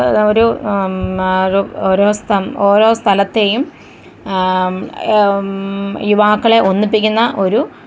ഒരു ഓരോ ഓരോ സ്ഥലത്തേയും യുവാക്കളെ ഒന്നിപ്പിക്കുന്ന ഒരു